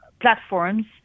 platforms